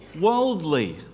worldly